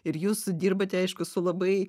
ir jūs dirbate aišku su labai